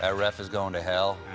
ah ref is going to hell.